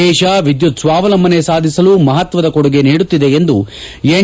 ದೇಶ ವಿದ್ಯುತ್ ಸ್ನಾವಲಂಬನ್ ಸಾಧಿಸಲು ಮಹತ್ವದ ಕೊಡುಗೆ ನೀಡುತ್ತಿದೆ ಎಂದು ಎನ್